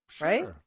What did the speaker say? Right